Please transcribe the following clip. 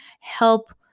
help